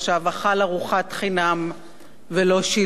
אכל ארוחת חינם ולא שילם?